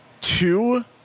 two